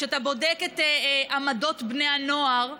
כשאתה בודק את עמדות בני הנוער,